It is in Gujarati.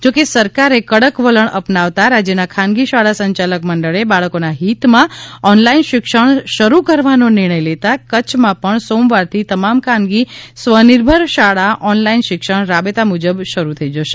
જો કે સરકારે કડક વલણ અપનાવતા રાજ્યના ખાનગી શાળા સંચાલક મંડળે બાળકોના હિતમાં ઓનલાઇન શિક્ષણ શરૂ કરવાનો નિર્ણય લેતા કચ્છમાં પણ સોમવારથી તમામ ખાનગી સ્વનિર્ભર શાળામાં ઓનલાઇન શિક્ષણ રાબેતા મુજબ શરૂ થઇ જશે